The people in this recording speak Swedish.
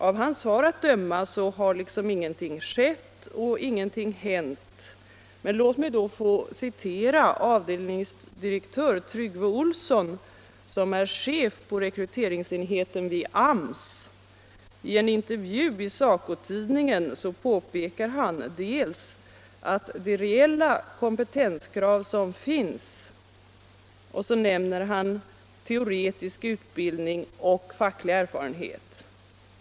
Av hans svar att döma har ingenting skett och ingenting hänt. Men låt mig då få citera avdelningsdirektör Tryggve Ohlsson, som är chef för rekryteringsenheten vid AMS. I en intervju i SACO-tidningen pekar han på vilka reella kom 15 petenskrav som finns, och han nämner teoretisk utbildning och facklig erfarenhet.